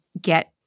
get